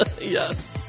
Yes